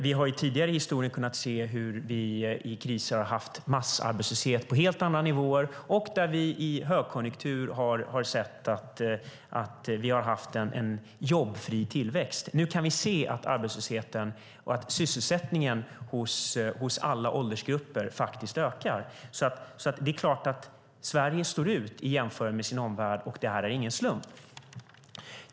Vi har tidigare i historien kunnat se hur vi i kriser har haft massarbetslöshet på helt andra nivåer och vi har i högkonjunktur sett en jobbfri tillväxt. Nu kan vi se att sysselsättningen ökar i alla åldersgrupper. Sverige sticker ut i jämförelse med omvärlden, och det är ingen slump.